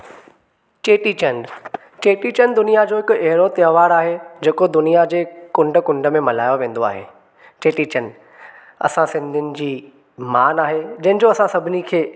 चेटी चंड चेटी चंड दुनिया जो हिकु अहिड़ो त्योहारु आहे जेको दुनिया जे कुंड कुंड में मल्हायो वेंदो आहे चेटी चंड असां सिंधियुनि जी मान आहे जंहिंजो असां सभिनी खे